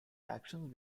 actions